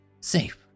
safe